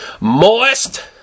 Moist